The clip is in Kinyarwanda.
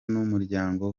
n’umuryango